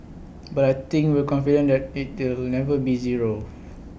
but I think we're confident that IT deal never be zero